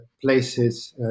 places